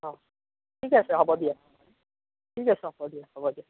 অ ঠিক আছে হ'ব দিয়া ঠিক আছে হ'ব দিয়া হ'ব দিয়া